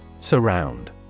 Surround